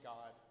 God